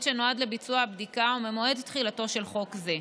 שנועד לביצוע הבדיקה או ממועד תחילתו של חוק זה.